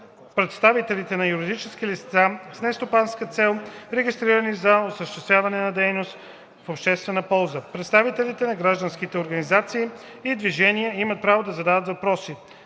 представители на юридически лица с нестопанска цел, регистрирани за осъществяване на дейност в обществена полза. Представителите на гражданските организации и движения имат право да задават въпроси,